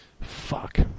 Fuck